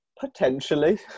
Potentially